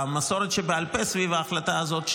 המסורת שבעל פה סביב ההחלטה הזאת,